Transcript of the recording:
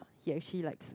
he actually likes